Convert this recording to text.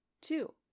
Two